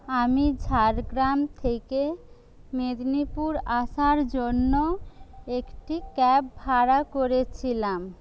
আমি ঝাড়গ্রাম থেকে মেদিনীপুর আসার জন্য একটি ক্যাব ভাড়া করেছিলাম